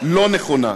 לא נכונה.